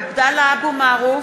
עבדאללה אבו מערוף,